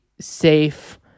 safe